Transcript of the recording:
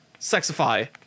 Sexify